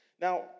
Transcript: Now